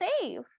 save